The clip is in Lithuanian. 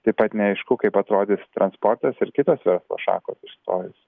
taip pat neaišku kaip atrodys transportas ir kitos verslo šakos išstojus